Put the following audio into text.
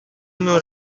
non